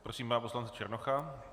Prosím pana poslance Černocha.